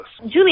Julie